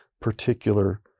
particular